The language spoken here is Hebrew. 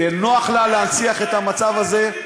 נוח לה להנציח את המצב הזה.